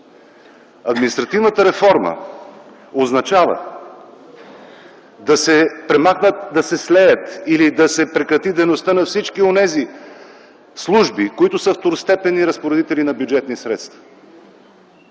Административната реформа означава да се премахнат, да се слеят или да се прекрати дейността на всички служби, второстепенни разпоредители с бюджетни средства.